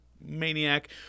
maniac